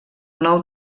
nou